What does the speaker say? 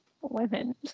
women